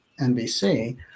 NBC